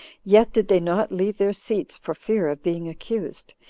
yet did they not leave their seats, for fear of being accused,